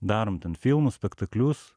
darom ten filmus spektaklius